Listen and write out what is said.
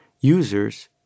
users